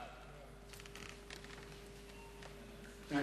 בעד, 12, אין